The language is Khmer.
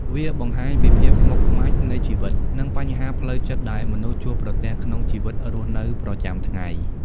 វាបង្ហាញពីភាពស្មុគស្មាញនៃជីវិត និងបញ្ហាផ្លូវចិត្តដែលមនុស្សជួបប្រទះក្នុងជីវិតរស់នៅប្រចាំថ្ងៃ។